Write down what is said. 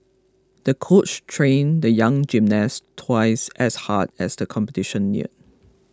the coach trained the young gymnast twice as hard as the competition neared